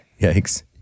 Yikes